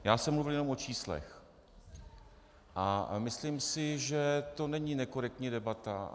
Já jsem mluvil jenom o číslech a myslím si, že to není nekorektní debata.